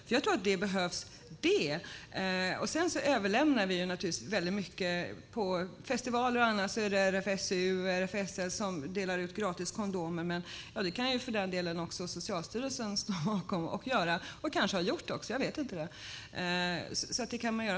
Det är klart att det behövs. Sedan överlämnar vi naturligtvis väldigt mycket. På festivaler och liknande är RFSU och RFSL där och delar ut gratis kondomer. Det kan för den delen också Socialstyrelsen stå bakom och göra - de kanske har gjort det.